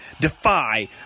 Defy